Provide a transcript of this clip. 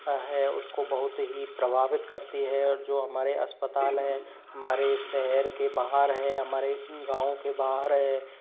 है उसको बहुत ही प्रभावित करती है और जो हमारे अस्पताल है हमारे शहर के बाहर है हमारे गाँव के बाहर है